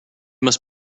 must